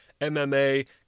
MMA